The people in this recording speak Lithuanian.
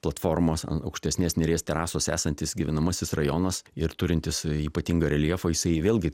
platformos ant aukštesnės neries terasos esantis gyvenamasis rajonas ir turintis ypatingą reljefą jisai vėlgi